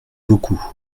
beaucoup